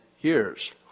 years